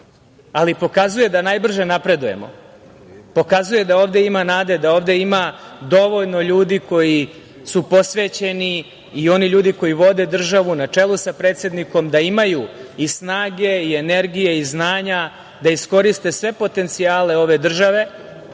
ali pokazuje da najbrže napredujemo. Pokazuje da ovde ima nade, da ovde ima dovoljno ljudi koji su posvećeni i oni ljudi koji vode državu na čelu sa predsednikom da imaju i snage i energije i znanja da iskoriste sve potencijale ove države